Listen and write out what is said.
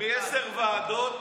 מעשר ועדות,